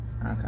Okay